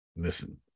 Listen